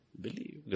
Believe